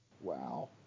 Wow